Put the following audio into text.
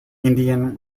indian